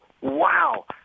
wow